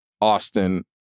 Austin